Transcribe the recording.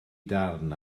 darn